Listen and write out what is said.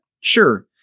Sure